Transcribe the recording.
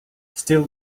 still